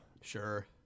Sure